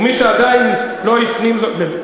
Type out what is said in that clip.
ומי שעדיין לא הפנים זאת,